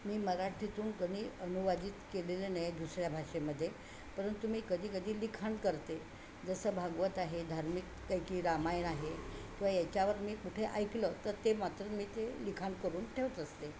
मी मराठीतून कधी अनुवादित केलेले नाही दुसऱ्या भाषेमध्ये परंतु मी कधी कधी लिखाण करते जसं भागवत आहे धार्मिक हे की रामायण आहे किंवा याच्यावर मी कुठे ऐकलं तर ते मात्र मी ते लिखाण करून ठेवत असते